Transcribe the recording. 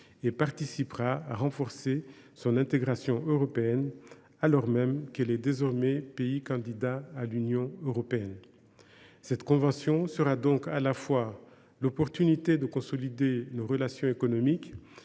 et contribuera à renforcer son intégration européenne, alors même qu’elle est désormais candidate à l’adhésion à l’Union européenne. Cette convention sera donc à la fois l’occasion de consolider nos relations économiques,